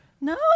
No